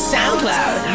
SoundCloud